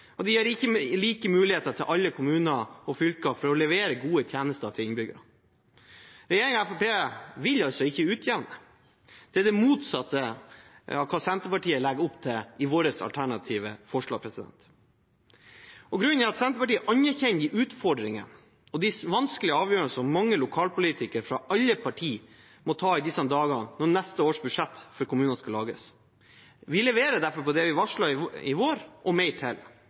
og de gir ikke like muligheter til alle kommuner og fylker for å levere gode tjenester til innbyggerne. Regjeringen og Fremskrittspartiet vil altså ikke utjevne. Det er det motsatte av hva vi i Senterpartiet legger opp til i vårt alternative forslag. Grunnen er at Senterpartiet anerkjenner de utfordringene og de vanskelige avgjørelsene som mange lokalpolitikere fra alle partier må ta i disse dager, når neste års budsjett for kommunene skal lages. Vi leverer derfor på det vi varslet i vår, og mer til